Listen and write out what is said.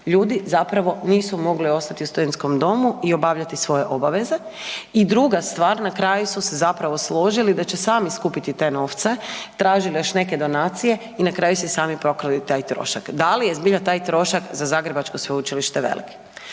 ljudi nisu mogli ostati u studentskom domu i obavljati svoje obaveze i druga stvar, na kraju su se zapravo složili da će sami skupiti te novce, tražili još neke donacije i na kraju si sami pokrili taj trošak. Da li je zbilja taj trošak za Zagrebačko sveučilište